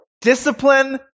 Discipline